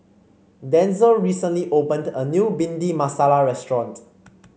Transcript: Denzil recently opened a new Bhindi Masala restaurant